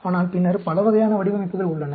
ஆனால் பின்னர் பல வகையான வடிவமைப்புகள் உள்ளன